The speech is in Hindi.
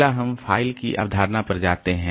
अगला हम फ़ाइल की अवधारणा पर जाते हैं